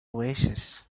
oasis